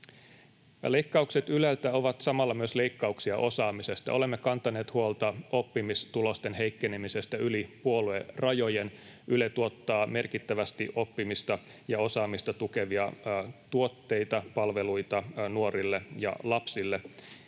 Leikkaukset Yleltä ovat samalla myös leikkauksia osaamisesta. Olemme kantaneet huolta oppimistulosten heikkenemisestä yli puoluerajojen. Yle tuottaa merkittävästi oppimista ja osaamista tukevia tuotteita, palveluita nuorille ja lapsille.